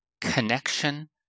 connection